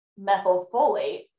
methylfolate